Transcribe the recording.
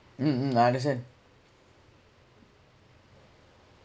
mm mm I understand